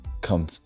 come